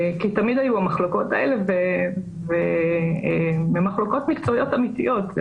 כי תמיד היו המחלוקות האלה והן מחלוקות מקצועיות אמיתיות.